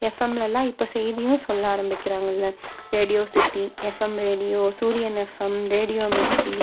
எஃப்எம்ல எல்லாம் இப்போ செய்தியும் சொல்ல ஆரம்பிக்கிறாங்க இல்லை radio city FM radio Suryan FM radio Mirchi